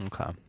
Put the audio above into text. Okay